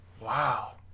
Wow